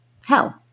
hell